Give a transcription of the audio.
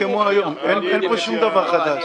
אין פה שום דבר חדש.